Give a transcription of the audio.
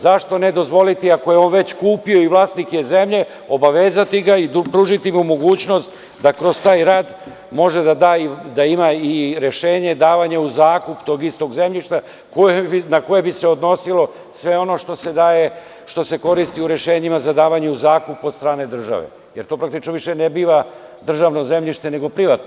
Zašto ne dozvoliti ako je on već kupio i vlasnik je zemlje obavezati ga i pružiti mu mogućnost da kroz taj rad može da da i da ima i rešenje davanja u zakup tog istog zemljišta na koje bi se odnosilo sve ono što se daje, što se koristi u rešenjima za davanje u zakup od strane države, jer to praktično više ne biva državno zemljište nego privatno.